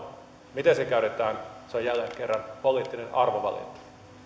miten se käytetään se on jälleen kerran poliittinen arvovalinta